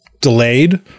delayed